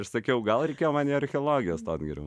aš sakiau gal reikėjo man į archeologiją stot geriau